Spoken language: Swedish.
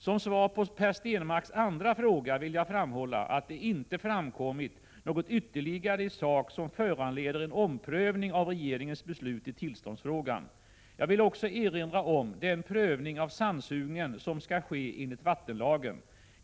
Som svar på Per Stenmarcks andra fråga vill jag framhålla att det inte framkommit något ytterligare i sak som föranleder en omprövning av regeringens beslut i tillståndsfrågan. Jag vill också erinra om den prövning av sandsugningen som skall ske enligt vattenlagen.